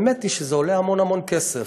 האמת היא שזה עולה המון המון כסף.